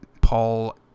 Paul